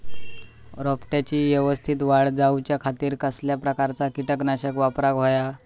रोपट्याची यवस्तित वाढ जाऊच्या खातीर कसल्या प्रकारचा किटकनाशक वापराक होया?